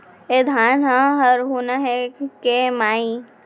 ए धान ह हरूना हे के माई?